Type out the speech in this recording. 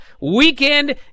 weekend